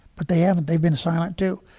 but they haven't. they've been silent, too.